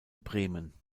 bremen